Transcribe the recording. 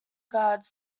guards